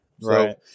Right